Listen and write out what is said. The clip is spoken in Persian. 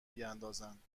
بیندازند